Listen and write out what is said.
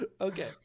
Okay